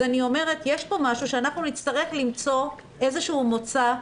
אז יש פה משהו שנצטרך למצוא איזשהו מוצא,